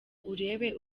urebe